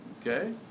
Okay